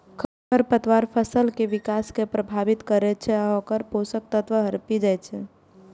खरपतवार फसल के विकास कें प्रभावित करै छै आ ओकर पोषक तत्व हड़पि जाइ छै